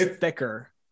thicker